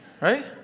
right